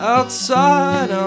Outside